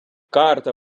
карта